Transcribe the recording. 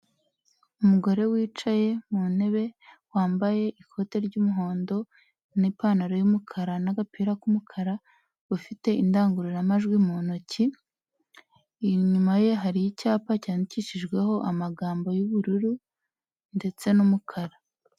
Umugore wicaye mu ntebe wambaye ikote ry'umuhondo n'ipantaro y'umukara n'agapira k'umukara ufite indangururamajwi mu ntoki, inyuma ye hari icyapa cyandikishijweho amagambo y'ubururu ndetse n'umukara.